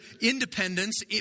independence